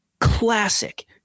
classic